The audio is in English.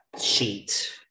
sheet